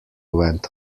went